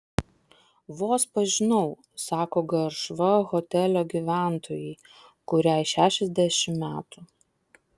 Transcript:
vos pažinau sako garšva hotelio gyventojai kuriai šešiasdešimt metų